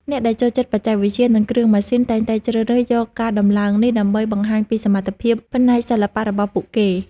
អ្នកដែលចូលចិត្តបច្ចេកវិទ្យា និងគ្រឿងម៉ាស៊ីនតែងតែជ្រើសរើសយកការដំឡើងនេះដើម្បីបង្ហាញពីសមត្ថភាពផ្នែកសិល្បៈរបស់ពួកគេ។